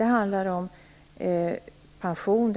Det handlar då om pension